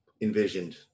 envisioned